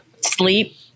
sleep